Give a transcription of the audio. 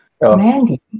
Mandy